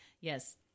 Yes